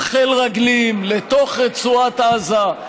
עם חיל רגלים, לתוך רצועת עזה,